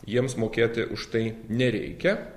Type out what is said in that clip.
jiems mokėti už tai nereikia